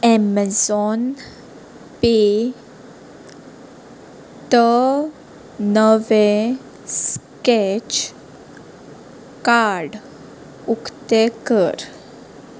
Amazon pay त नवें scratch card उकतें कर